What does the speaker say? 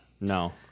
No